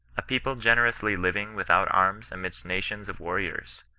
a people generously living without arms amidst nations of war riors!